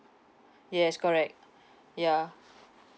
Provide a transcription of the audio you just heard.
yes correct yeah